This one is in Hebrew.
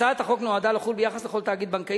הצעת החוק נועדה לחול ביחס לכל תאגיד בנקאי